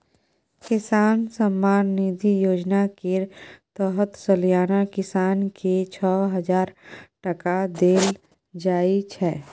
किसान सम्मान निधि योजना केर तहत सलियाना किसान केँ छअ हजार टका देल जाइ छै